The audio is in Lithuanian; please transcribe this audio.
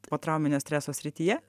potrauminio streso srityje